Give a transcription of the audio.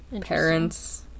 Parents